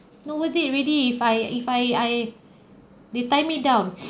not worth it really if I if I I they tie me down